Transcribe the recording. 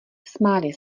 smáli